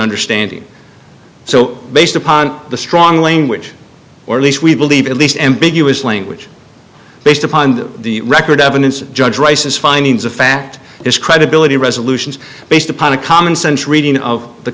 understanding so based upon the strong language or at least we believe at least ambiguous language based upon the record evidence of judge rice's findings of fact it's credibility resolutions based upon a commonsense reading of the